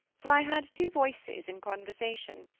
for i heard two voices in conversation,